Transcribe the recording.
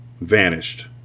Vanished